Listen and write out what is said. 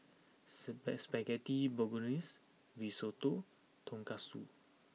Spaghetti Bolognese Risotto Tonkatsu